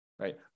right